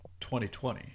2020